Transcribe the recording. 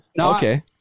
Okay